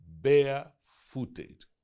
barefooted